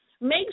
make